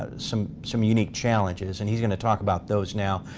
ah some some unique challenges. and he's going to talk about those now,